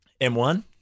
M1